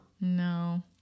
No